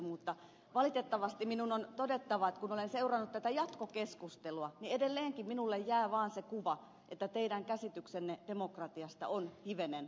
mutta valitettavasti minun on todettava kun olen seurannut tätä jatkokeskustelua että edelleenkin minulle jää vaan se kuva että teidän käsityksenne demokratiasta on hivenen ontto